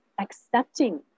Accepting